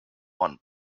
one